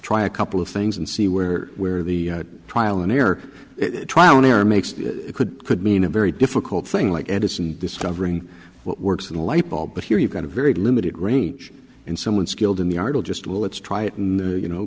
try a couple of things and see where where the trial and error trial and error makes it could could mean a very difficult thing like and it's and discovering what works in the light ball but here you've got a very limited range and someone skilled in the art will just will let's try it and then you know